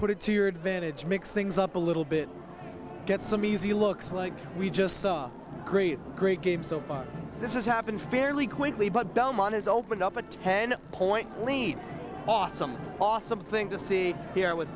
put it to your advantage mix things up a little bit get some easy looks like we just saw great great game so this is happened fairly quickly but belmont has opened up a ten point lead awesome awesome thing to see here wit